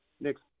next